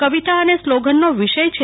કવિતા અને સ્લોગનનો વિષય છે